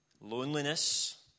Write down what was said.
loneliness